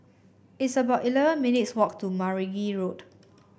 it's about eleven minutes' walk to Meragi Road